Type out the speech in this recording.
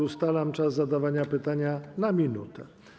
Ustalam czas zadawania pytania na 1 minutę.